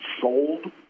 sold